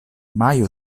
majo